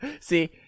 see